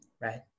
Right